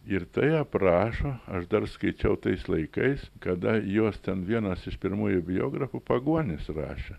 ir tai aprašo aš dar skaičiau tais laikais kada jos ten vienas iš pirmųjų biografų paguonis rašė